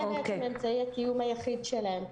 זה בעצם אמצעי הקיום היחיד שלהן.